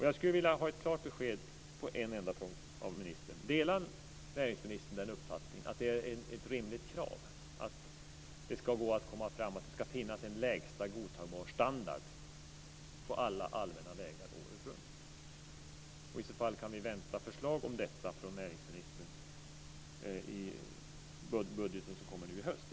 Jag skulle vilja få ett klart besked på en enda punkt från ministern: Delar näringsministern den uppfattningen att det är ett rimligt krav att det ska finnas en lägsta godtagbar standard på alla allmänna vägar året runt? Och i så fall: Kan vi vänta förslag om detta från näringsministern i den budget som kommer nu i höst?